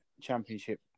Championship